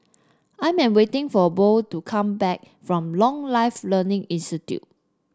I am waiting for Bo to come back from Lifelong Learning Institute